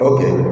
Okay